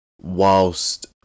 whilst